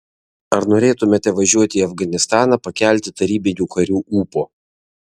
ar norėtumėte važiuoti į afganistaną pakelti tarybinių karių ūpo